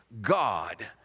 God